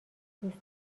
دوست